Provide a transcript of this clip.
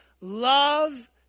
Love